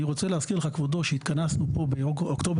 אני רוצה להזכיר לך כבודו שהתכנסנו כאן באוקטובר